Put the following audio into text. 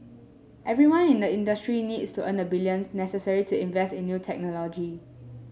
everyone in the industry needs to earn the billions necessary to invest in new technology